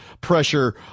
pressure